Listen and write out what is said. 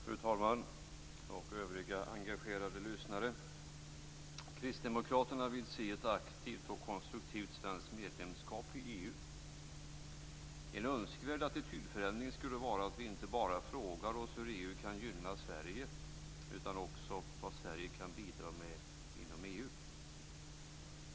Fru talman och övriga engagerade lyssnare! Kristdemokraterna vill se ett aktivt och konstruktivt svenskt medlemskap i EU. En önskvärd attitydförändring skulle vara att vi inte bara frågar oss hur EU kan gynna Sverige utan också vad Sverige kan bidra med inom EU.